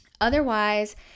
Otherwise